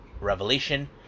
Revelation